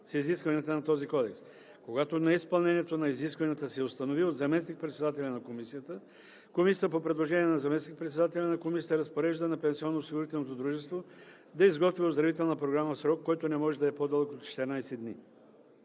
с изискванията на този кодекс. Когато неизпълнението на изискванията се установи от заместник-председателя на комисията, комисията по предложение на заместник-председателя на комисията разпорежда на пенсионноосигурителното дружество да изготви оздравителна програма в срок, който не може да е по-дълъг от 14 дни.